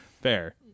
Fair